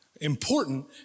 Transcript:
important